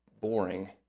boring